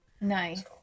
Nice